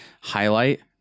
highlight